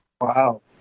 Wow